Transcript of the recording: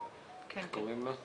בוקר טוב לכולם, עד מעט צהריים טובים.